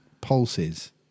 pulses